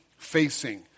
Facing